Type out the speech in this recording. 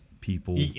people